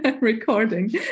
recording